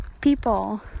people